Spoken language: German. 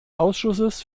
ausschusses